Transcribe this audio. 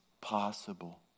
possible